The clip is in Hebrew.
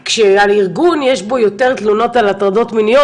כשהארגון יש בו יותר תלונות על הטרדות מיניות,